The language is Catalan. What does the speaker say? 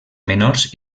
menors